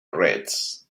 reds